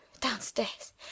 downstairs